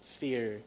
fear